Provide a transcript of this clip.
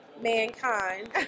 mankind